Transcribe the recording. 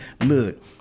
look